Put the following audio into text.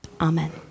Amen